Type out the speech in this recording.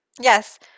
yes